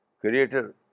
creator